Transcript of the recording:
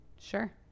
sure